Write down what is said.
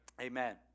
amen